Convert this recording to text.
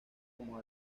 como